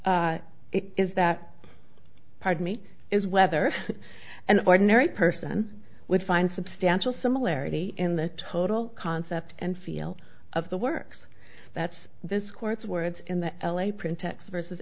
requires is that part of me is whether an ordinary person would find substantial similarity in the total concept and feel of the works that's this court's words in the l a print text versus